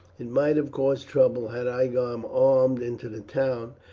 it might have caused trouble had i gone armed into the town,